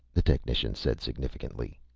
the technician said significantly.